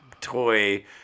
toy